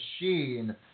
Machine